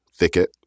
Thicket